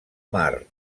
mar